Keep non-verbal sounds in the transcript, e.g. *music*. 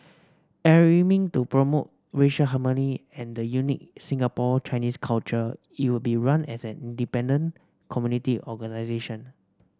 *unintelligible* to promote racial harmony and the unique Singapore Chinese culture it will be run as an independent community organisation